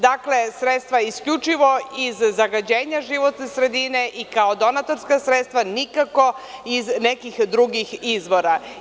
Dakle, sredstva isključivo iz zagađenja životne sredine i kao donatorska sredstva, nikako iz nekih drugih izvora.